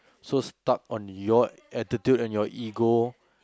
so stuck on your attitude and your ego